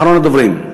אחרון הדוברים.